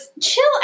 chill